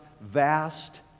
vast